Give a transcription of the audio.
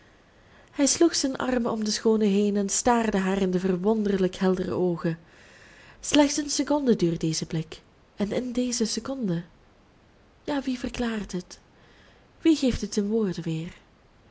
hij sloeg zijn armen om de schoone heen en staarde haar in de verwonderlijk heldere oogen slechts een seconde duurde deze blik en in deze seconde ja wie verklaart het wie geeft het in woorden weer